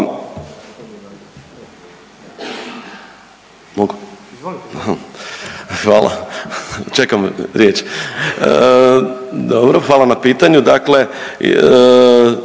hvala, čekam riječ. Dobro, hvala na pitanju,